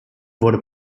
wurde